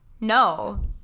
no